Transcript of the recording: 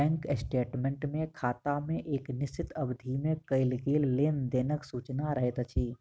bank statement मे खाता मे एक निश्चित अवधि मे कयल गेल लेन देनक सूचना रहैत अछि